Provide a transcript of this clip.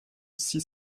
six